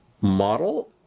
model